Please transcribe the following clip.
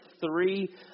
three